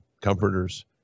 comforters